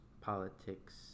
politics